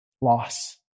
loss